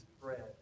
bread